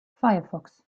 firefox